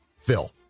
Phil